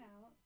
out